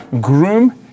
groom